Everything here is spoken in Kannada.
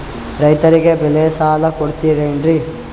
ರೈತರಿಗೆ ಬೆಳೆ ಸಾಲ ಕೊಡ್ತಿರೇನ್ರಿ?